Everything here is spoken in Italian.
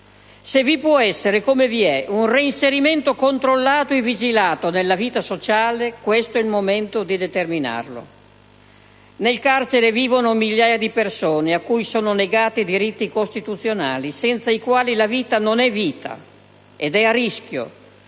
Se vi può essere, come vi è, un reinserimento controllato e vigilato nella vita sociale, questo è il momento di determinarlo. Nel carcere vivono migliaia di persone a cui sono negati i diritti costituzionali, senza i quali la vita non è vita, ed è a rischio,